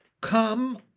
come